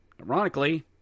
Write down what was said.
ironically